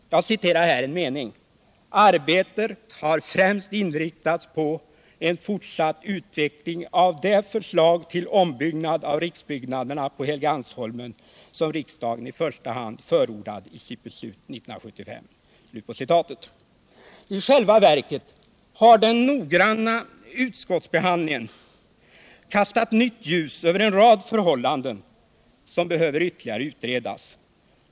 Så t.ex. säger utskottet: ”Arbetet har främst inriktats på en fortsatt utveckling av det förslag till ombyggnad av riksbyggnaderna på Helgeandsholmen som riksdagen i första hand förordade i sitt beslut 1975.” I själva verket har den noggranna utskottsbehandlingen kastat nytt ljus över en rad förhållanden som behöver ytterligare utredas.